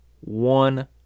one